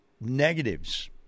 negatives